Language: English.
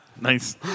Nice